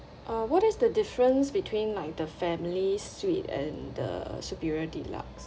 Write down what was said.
uh what is the difference between like the family suite and the superior deluxe